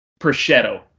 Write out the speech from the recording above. prosciutto